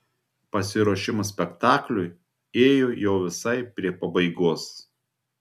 pasiruošimas spektakliui ėjo jau visai prie pabaigos